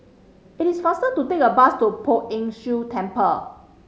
it is faster to take a bus to Poh Ern Shih Temple